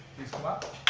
please come up.